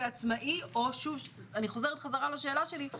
עצמאי או שוב אני חוזרת חזרה לשאלה שלי,